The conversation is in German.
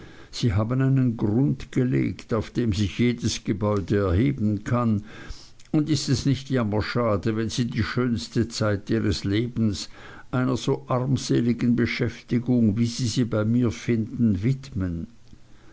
sie haben einen grund gelegt auf dem sich jedes gebäude erheben kann und ist es nicht jammerschade wenn sie die schönste zeit ihres lebens einer so armseligen beschäftigung wie sie sie bei mir finden widmen